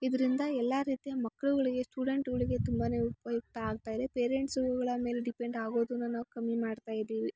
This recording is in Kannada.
ಇದರಿಂದ ಎಲ್ಲ ರೀತಿಯ ಮಕ್ಳುಗಳಿಗೆ ಸ್ಟೂಡೆಂಟ್ಗಳಿಗೆ ತುಂಬಾ ಉಪಯುಕ್ತ ಆಗ್ತಾಯಿದೆ ಪೆರೆಂಟ್ಸ್ಗಳ ಮೇಲೆ ಡಿಪೆಂಡ್ ಆಗೋದು ನನ್ನ ಕಮ್ಮಿ ಮಾಡ್ತಾಯಿದೀವಿ